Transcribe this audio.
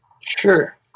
Sure